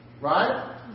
Right